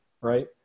Right